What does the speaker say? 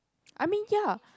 I mean ya